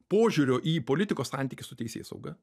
požiūrio į politikos santykį su teisėsauga